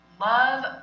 love